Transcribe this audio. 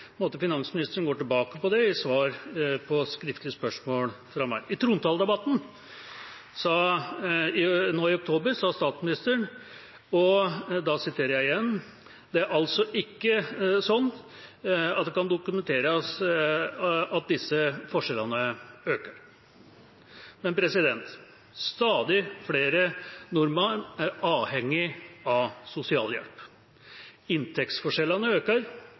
finansministeren gå tilbake på det i svar på skriftlig spørsmål fra meg. I trontaledebatten nå i oktober sa statsministeren: «Det er altså ikke sånn at det dokumenteres at disse forskjellene øker.» Men stadig flere nordmenn er avhengig av sosialhjelp. Inntektsforskjellene øker,